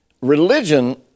religion